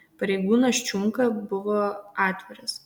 pareigūnas čiunka buvo atviras